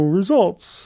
results